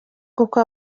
koko